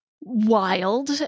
wild